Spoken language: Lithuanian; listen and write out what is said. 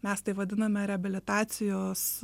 mes tai vadiname reabilitacijos